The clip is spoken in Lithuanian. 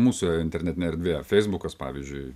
mūsų internetinė erdvė feisbukas pavyzdžiui